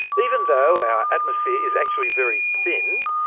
even though our atmosphere is actually very thin,